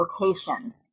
locations